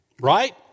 Right